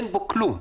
אין בו כלום.